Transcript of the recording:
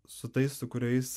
su tais su kuriais